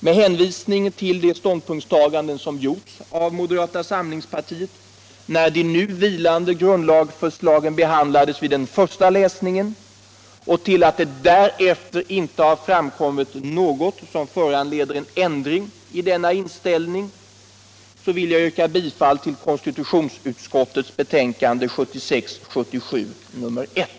Med hänvisning till de ståndpunktstaganden som gjordes av moderata samlingspartiet, när de vilande grundlagsförslagen behandlades vid den första läsningen, och till att det därefter inte har framkommit något som föranleder en ändring i denna inställning, ber jag att få yrka bifall till vad konstitutionsutskottet har förordat i sitt betänkande 1976/77:1.